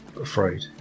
afraid